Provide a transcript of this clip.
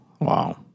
Wow